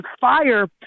fire